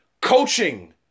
Coaching